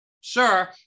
Sure